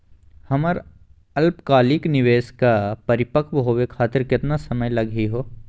हमर अल्पकालिक निवेस क परिपक्व होवे खातिर केतना समय लगही हो?